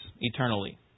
eternally